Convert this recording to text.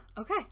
okay